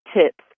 tips